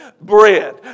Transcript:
bread